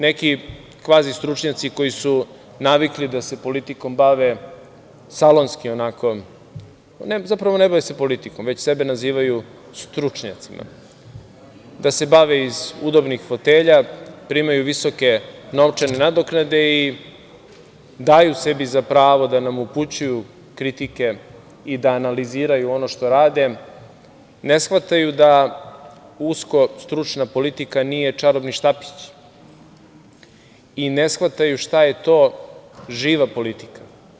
Neki kvazistručnjaci koji su navikli da se politikom bave salonski, onako, zapravo ne bave se politikom, već sebe nazivaju stručnjacima, da se bave iz udobnih fotelja, primaju visoke novčane nadoknade i daju sebi za pravo da nam upućuju kritike i da analiziraju ono što rade, ne shvataju da uskostručna politika nije čarobni štapić i ne shvataju šta je to živa politika.